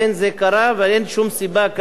ואין שום סיבה כאן שזה לא יקרה.